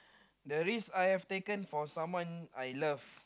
the risk I have taken for someone I love